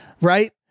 right